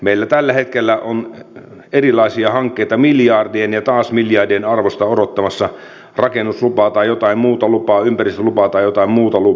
meillä tällä hetkellä on erilaisia hankkeita miljardien ja taas miljardien arvosta odottamassa rakennuslupaa tai jotain muuta lupaa ympäristölupaa tai jotain muuta lupaa